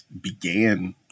began